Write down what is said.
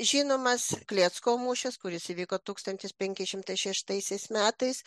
žinomas klecko mūšis kuris įvyko tūkstantis penki šimtai šeštaisiais metais